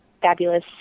fabulous